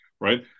right